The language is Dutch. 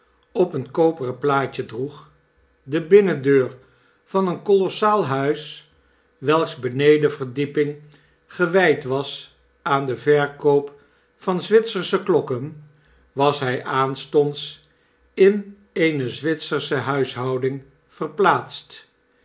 op een koperen plaatje droeg de binnendeur van een kolossaal huis welks benedenverdieping gewgd was aan den verkoop van zwitsersche klokken was hg aanstonds in eene zwitsersche huishouding verplaatst